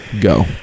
go